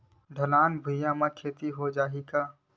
ढलान भुइयां म खेती हो जाही का?